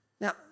Now